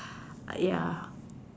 ya